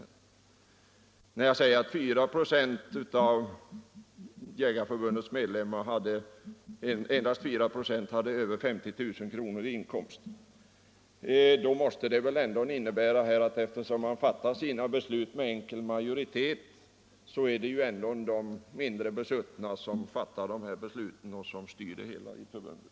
Endast 4 96 av Jägareförbundets medlemmar har över 50 000 kr. i inkomst. Det måste väl ändå innebära, eftersom man fattar sina beslut med enkel majoritet, att de är de mindre besuttna som fattar besluten och styr förbundet.